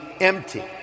empty